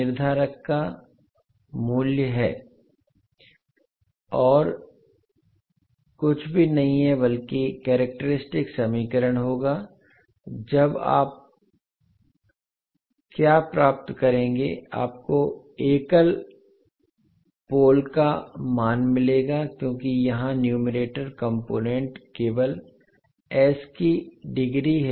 निर्धारक का वैल्यू है यह कुछ भी नहीं है बल्कि कैरेक्टरिस्टिक समीकरण होगा तब आप क्या प्राप्त करेंगे आपको एकल पोल का मान मिलेगा क्योंकि यहाँ न्यूमेरेटर कॉम्पोनेन्ट केवल s की डिग्री है